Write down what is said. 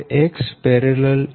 4100 3